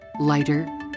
Lighter